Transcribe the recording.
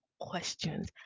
questions